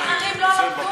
ואחרים לא למדו?